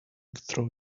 throw